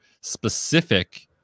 specific